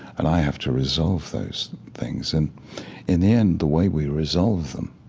and i have to resolve those things. and in the end, the way we resolve them,